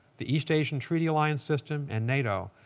the east asian treaty alliance system and nato.